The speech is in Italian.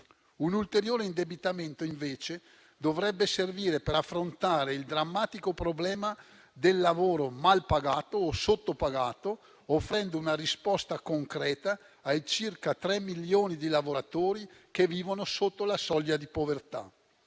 Un ulteriore indebitamento, invece, dovrebbe servire per affrontare il drammatico problema del lavoro malpagato o sottopagato, offrendo una risposta concreta ai circa 3 milioni di lavoratori che vivono sotto la soglia di povertà.